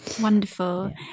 wonderful